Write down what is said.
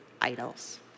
idols